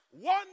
One